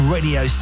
Radio